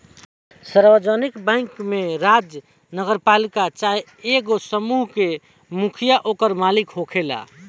सार्वजानिक बैंक में राज्य, नगरपालिका चाहे एगो समूह के मुखिया ओकर मालिक होखेला